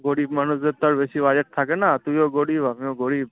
গরিব মানুষদের তো আর বেশি বাজেট থাকে না তুইও গরিব আমিও গরিব